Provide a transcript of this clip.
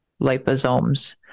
liposomes